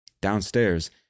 Downstairs